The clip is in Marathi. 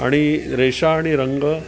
आणि रेषा आणि रंग